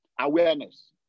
Awareness